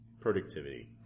productivity